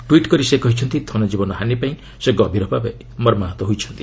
tweet କରି ସେ କହିଛନ୍ତି ଧନଜୀବନ ହାନୀ ପାଇଁ ସେ ଗଭୀର ଭାବେ ମର୍ମାହତ ହୋଇଛନ୍ତି